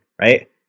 right